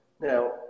Now